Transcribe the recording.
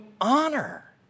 honor